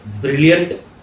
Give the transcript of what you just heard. brilliant